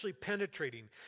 penetrating